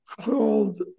called